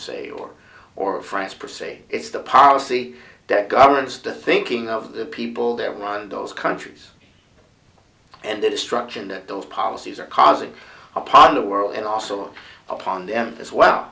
l or or france prosy it's the policy that governs the thinking of the people there while those countries and the destruction that those policies are causing upon the world and also upon them as well